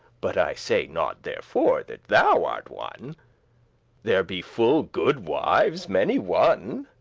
but i say not therefore that thou art one there be full goode wives many one.